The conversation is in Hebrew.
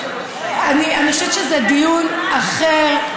אני חושבת שזה דיון אחר.